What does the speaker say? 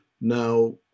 Now